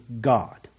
God